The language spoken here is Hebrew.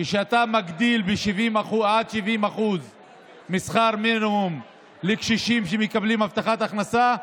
כשאתה מגדיל עד 70% משכר מינימום לקשישים שמקבלים הבטחת הכנסה,